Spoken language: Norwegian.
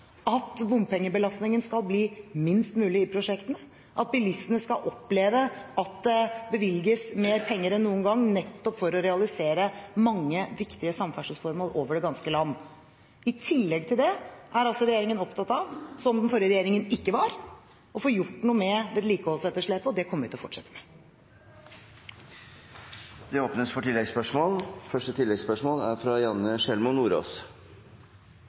at bompengebelastningen skal bli minst mulig i prosjektene, og at bilistene skal oppleve at det bevilges mer penger enn noen gang, nettopp for å realisere mange viktige samferdselsformål over det ganske land. I tillegg er altså regjeringen opptatt av, som den forrige regjeringen ikke var, å få gjort noe med vedlikeholdsetterslepet, og det kommer vi til å fortsette med. Det blir oppfølgingsspørsmål – først Janne Sjelmo Nordås.